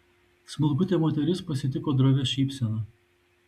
smulkutė moteris pasitiko drovia šypsena